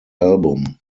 album